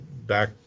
back